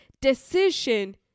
decision